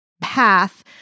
path